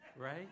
right